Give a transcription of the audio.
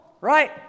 right